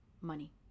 money